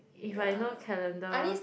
if I no calendar